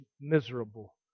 miserable